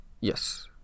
Yes